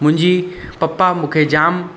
मुंहिंजी पपा मूंखे जाम